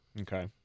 Okay